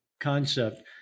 concept